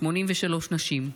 83 נשים.